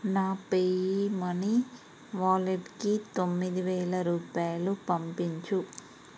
నా PayU money వాలెట్కి తొమ్మిదివేల రూపాయలు పంపించుము